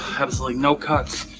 absolutely no cuts.